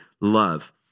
love